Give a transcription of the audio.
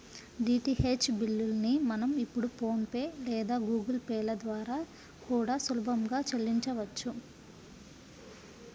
DTH బిల్లుల్ని మనం ఇప్పుడు ఫోన్ పే లేదా గుగుల్ పే ల ద్వారా కూడా సులభంగా చెల్లించొచ్చు